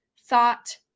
thought